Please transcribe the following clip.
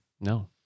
No